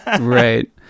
Right